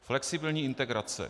Flexibilní integrace.